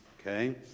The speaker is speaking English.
Okay